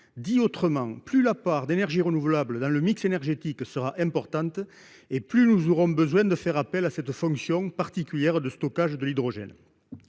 Dit autrement, plus la part d'énergies renouvelables dans le mix énergétique sera importante, plus nous aurons besoin de faire appel à la fonction particulière de stockage de l'hydrogène.